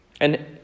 And